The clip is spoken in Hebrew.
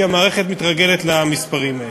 כי המערכת מתרגלת למספרים האלה.